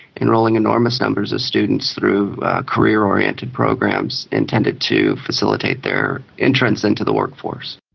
enrolling enormous numbers of students through career-oriented programs intended to facilitate their entrance into the workforce.